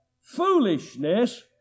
foolishness